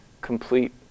complete